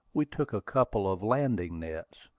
we took a couple of landing-nets,